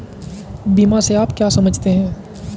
बीमा से आप क्या समझते हैं?